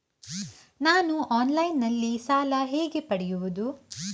ನಾನು ಆನ್ಲೈನ್ನಲ್ಲಿ ಸಾಲ ಹೇಗೆ ಪಡೆಯುವುದು?